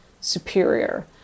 superior